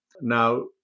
Now